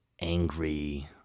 angry